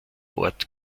ort